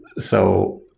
so,